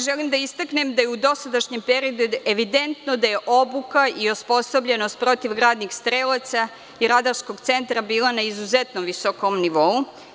Želim da istaknem da je u dosadašnjem periodu evidentno da je obuka i osposobljenost protivgradnih strelaca i radarskog centra bila na izuzetno visokom nivou.